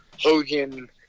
Hogan